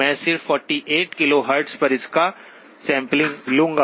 मैं सिर्फ 48 KHz पर इसका सैंपलिंग लूंगा